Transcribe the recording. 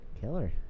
Killer